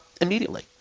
immediately